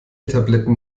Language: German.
tabletten